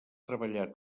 treballat